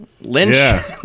lynch